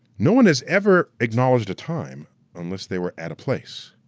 no one has ever acknowledged a time unless they were at a place.